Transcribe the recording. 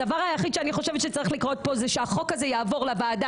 הדבר היחיד שאני חושבת שצריך לקרות פה זה שהחוק הזה יעבור לוועדה